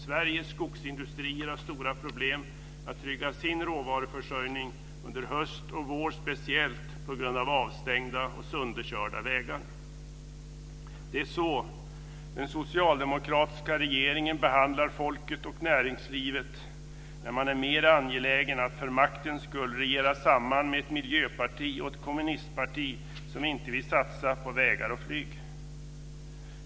Sveriges skogsindustrier har stora problem att trygga sin råvaruförsörjning speciellt under höst och vår på grund av avstängda och sönderkörda vägar. Det är så den socialdemokratiska regeringen behandlar folket och näringslivet, när man är mera angelägen att för maktens skull regera samman med ett miljöparti och ett kommunistparti som inte vill satsa på vägar och flyg.